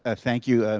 ah thank you,